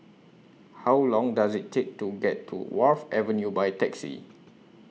How Long Does IT Take to get to Wharf Avenue By Taxi